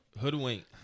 Hoodwink